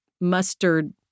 mustard